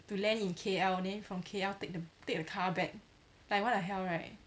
to land in K_L then from K_L take the take the car back like what the hell right